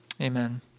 amen